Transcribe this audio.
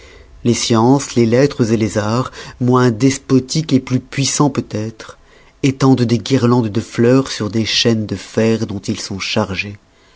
les sciences les lettres les arts moins despotiques plus puissans peut-être étendent des guirlandes de fleurs sur les chaînes de fer dont ils sont chargés